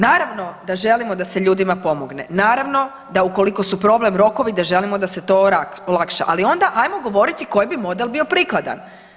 Naravno da želimo da se ljudima pomogne, naravno da ukoliko su problem rokovi da želimo da se to olakša, ali onda ajmo govoriti koji bi model bio prikladan.